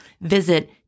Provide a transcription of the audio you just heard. Visit